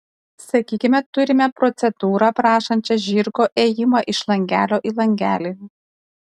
sakykime turime procedūrą aprašančią žirgo ėjimą iš langelio į langelį